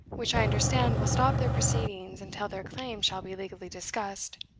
which i understand will stop their proceedings until their claim shall be legally discussed,